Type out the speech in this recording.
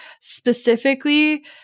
specifically